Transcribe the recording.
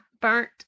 burnt